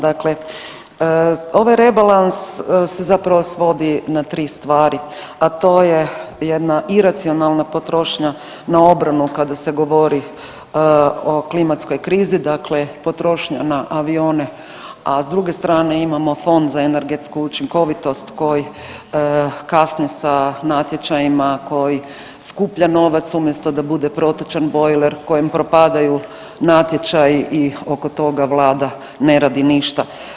Dakle, ovaj rebalans se zapravo svodi na tri stvari, a to je jedna iracionalna potrošnja na obranu kada se govori o klimatskoj krizi, dakle potrošnja na avione, a s druge strane imamo Fond za energetsku učinkovitost koji kasni sa natječajima koji skuplja novac umjesto da bude protočan bojler kojem propadaju natječaji i oko toga vlada ne radi ništa.